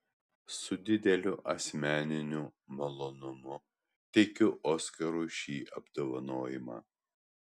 su dideliu asmeniniu malonumu teikiu oskarui šį apdovanojimą